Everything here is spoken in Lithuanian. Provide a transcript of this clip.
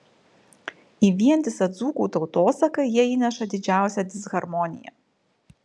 į vientisą dzūkų tautosaką jie įneša didžiausią disharmoniją